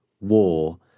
war